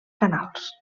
canals